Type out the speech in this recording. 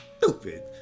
stupid